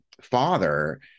father